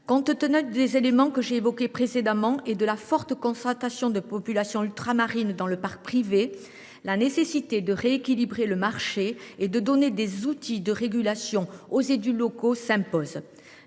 Compte tenu des éléments que j’ai évoqués précédemment et de la forte concentration de la population ultramarine dans le parc privé, la nécessité de rééquilibrer le marché et de donner des outils de régulation aux élus locaux s’impose.